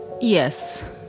Yes